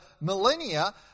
millennia